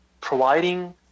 providing